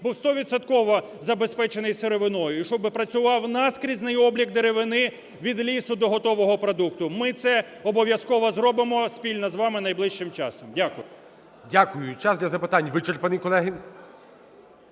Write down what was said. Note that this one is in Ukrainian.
забезпечений сировиною, і щоби працював наскрізний облік деревини від лісу до готового продукту. Ми це обов'язково зробимо спільно з вами найближчим часом. Дякую. ГОЛОВУЮЧИЙ. Дякую. Час для запитань вичерпаний, колеги.